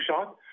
shot